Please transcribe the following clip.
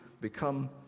become